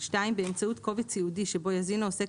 באמצעות קובץ ייעודי שבו יזין העוסק